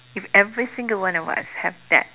if every single one of us have that